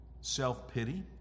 self-pity